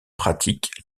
pratique